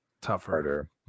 tougher